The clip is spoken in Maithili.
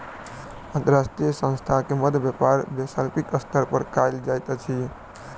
अंतर्राष्ट्रीय संस्थान के मध्य व्यापार वैश्विक स्तर पर कयल जाइत अछि